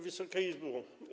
Wysoka Izbo!